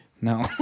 No